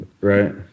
Right